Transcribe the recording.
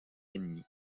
ennemies